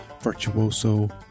virtuoso